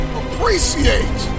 appreciate